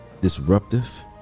disruptive